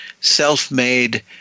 self-made